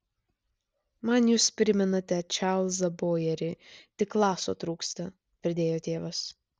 man jūs primenate čarlzą bojerį tik laso trūksta pridėjo tėvas